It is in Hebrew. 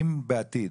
אם בעתיד,